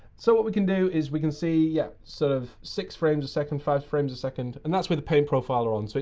so what we can do is we can see, yeah, sort of six frames a second, five frames a second. and that's with that paint profiler on. so